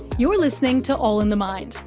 you're listening to all in the mind.